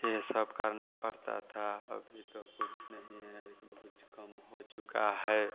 यह सब करना पड़ता था अभी तो कुछ नहीं है कुछ कम हो चुका है